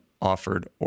offered